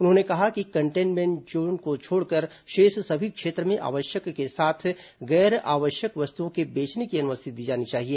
उन्होंने कहा कि कंटेन्मेंट जोन को छोड़कर शेष सभी क्षेत्र में आवश्यक के साथ गैर आवश्यक वस्तुओं के बेचने की अनुमति दी जानी चाहिए